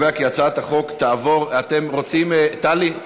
להעביר את הצעת חוק הטבות לניצולי שואה (תיקון,